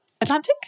atlantic